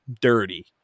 dirty